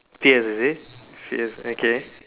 fierce is it fierce okay